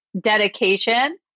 dedication